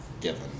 given